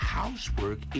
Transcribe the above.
housework